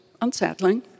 unsettling